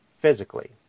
physically